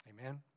Amen